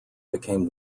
became